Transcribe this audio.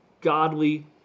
godly